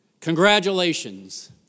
congratulations